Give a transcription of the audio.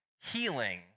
healing